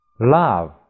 Love